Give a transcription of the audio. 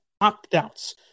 opt-outs